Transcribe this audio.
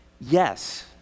Yes